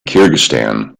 kyrgyzstan